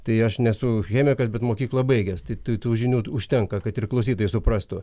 tai aš nesu chemikas bet mokyklą baigęs tai tų tų žinių užtenka kad ir klausytojai suprastų